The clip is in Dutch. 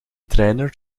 trainer